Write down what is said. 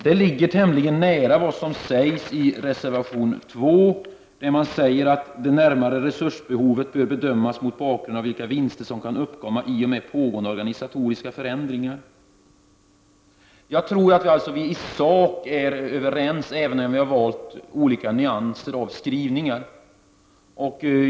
Detta ligger nämligen nära det som sägs i reservation 2, nämligen: ”Det närmare resursbehovet bör bedömas mot bakgrund av vilka vinster som kan uppkomma i och med pågående organisatoriska förändringar ——-.” Jag tror alltså att vi i sak är överens även om vi har valt olika nyanser i skrivningarna.